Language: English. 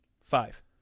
Five